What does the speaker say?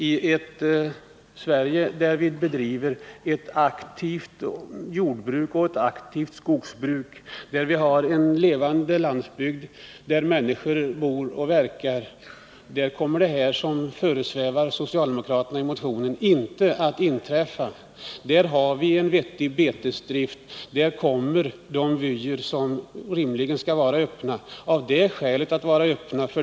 I Sverige, där vi bedriver ett aktivt jordoch skogsbruk och där vi har en levande landsbygd där människor bor och verkar, kommer det som föresvävar socialdemokraterna i motionen inte att inträffa. På ställen med en vettig betesdrift kommer de vyer som rimligen skall vara öppna, också att vara det.